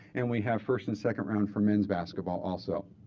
and we have first and second round for men's basketball, also.